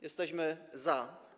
Jesteśmy za.